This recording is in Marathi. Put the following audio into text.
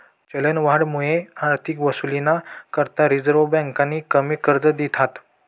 चलनवाढमुये आर्थिक वसुलीना करता रिझर्व्ह बँकेनी कमी कर्ज दिधात